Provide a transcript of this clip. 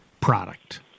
product